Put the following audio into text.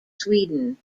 sweden